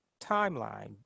timeline